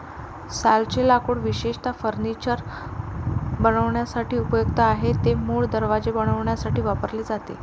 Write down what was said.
सालचे लाकूड विशेषतः फर्निचर बनवण्यासाठी उपयुक्त आहे, ते मुळात दरवाजे बनवण्यासाठी वापरले जाते